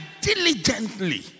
diligently